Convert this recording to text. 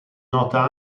nota